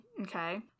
Okay